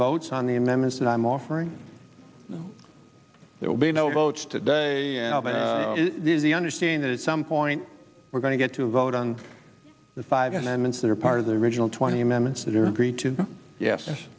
votes on the amendments that i'm offering there will be no votes today is the understanding that some point we're going to get to vote on the five and then once they're part of the original twenty minutes that are